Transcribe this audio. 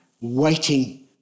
waiting